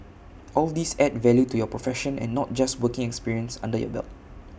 all these add value to your profession and not just working experience under your belt